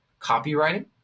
copywriting